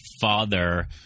father